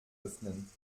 öffnen